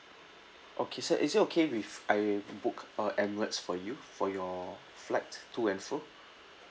okay sir is it okay with I book uh Emirates for you for your flight to and fro